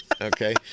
Okay